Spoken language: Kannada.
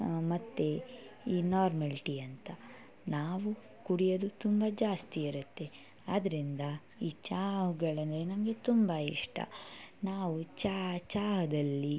ಮತ್ತೆ ಈ ನಾರ್ಮಲ್ ಟೀ ಅಂತ ನಾವು ಕುಡಿಯೋದು ತುಂಬ ಜಾಸ್ತಿ ಇರುತ್ತೆ ಆದ್ರಿಂದ ಈ ಚಹಗಳು ಅಂದರೆ ನಮಗೆ ತುಂಬ ಇಷ್ಟ ನಾವು ಚಹದಲ್ಲಿ